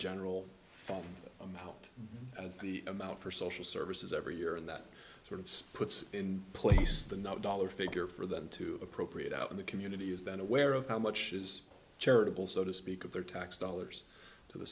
amount as the amount for social services every year and that sort of puts in place the no dollar figure for them to appropriate out in the community is that aware of how much is charitable so to speak of their tax dollars to the